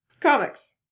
comics